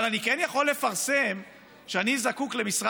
אבל אני כן יכול לפרסם שאני זקוק למשרה